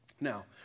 Now